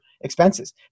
expenses